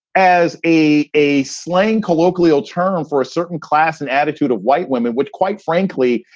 as a a. slang, colloquial term for a certain class and attitude of white women, which, quite frankly,